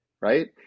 Right